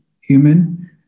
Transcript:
human